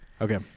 Okay